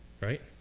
Right